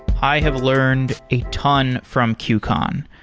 i have learned a ton from qcon.